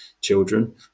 children